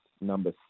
number